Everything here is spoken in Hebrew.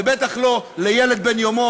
ובטח לא לילד בן יומו